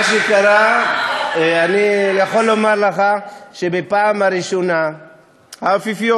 מה שקרה: אני יכול לומר לך שבפעם הראשונה האפיפיור,